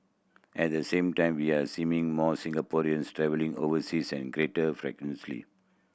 at the same time we are seeming more Singaporeans travelling overseas and greater frequency